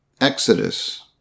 Exodus